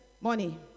money